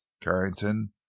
Carrington